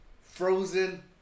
Frozen